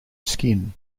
skin